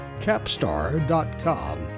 capstar.com